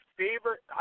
favorite